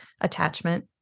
attachment